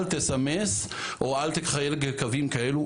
אל תסמס או אל תחייג לקווים כאלו.